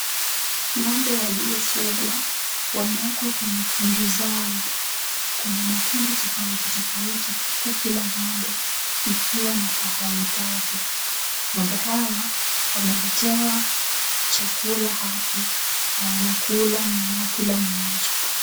Ng'ombe waliofungwa wameekwa kwenye kundi zao. Kuna makundi tofautitofauti huku kila ng'ombe ikiwa na pahali pake. Ng'ombe hawa wameletewa chakula hapo na wanakula kila mmoja.